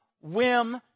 whim